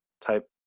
type